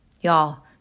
Y'all